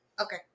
Okay